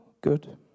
good